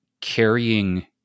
carrying